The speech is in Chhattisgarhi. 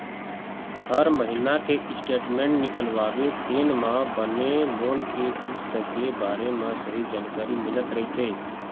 हर महिना के स्टेटमेंट निकलवाबे तेन म बने लोन के किस्त के बारे म सहीं जानकारी मिलत रहिथे